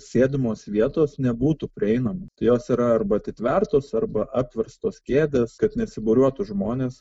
sėdimos vietos nebūtų prieinama tai jos yra arba atitvertos arba apverstos kėdės kad nesibūriuotų žmonės